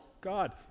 God